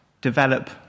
develop